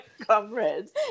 comrades